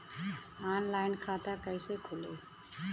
Online खाता कइसे खुली?